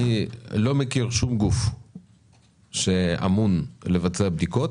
אני לא מכיר שום גוף שאמון על ביצוע בדיקות,